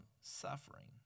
suffering